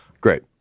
Great